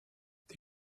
die